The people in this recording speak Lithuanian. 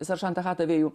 seržantą hatavėjų